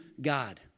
God